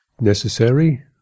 necessary